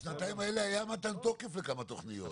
בשנתיים האלה היה מתן תוקף לכמה תכניות.